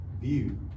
view